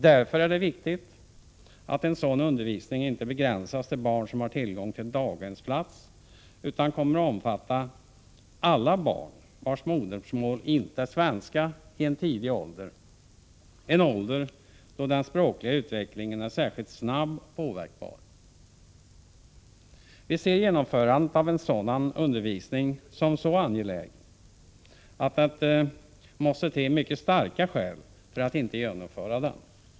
Därför är det viktigt att en sådan undervisning inte begränsas till barn som har tillgång till daghemsplats utan kommer att omfatta alla barn vilkas modersmål inte är svenska i en tidig ålder, då den språkliga utvecklingen är särskilt snabb och påverkbar. Vi ser genomförandet av en sådan undervisning som så angelägen att det måste till mycket starka skäl för att inte genomföra den.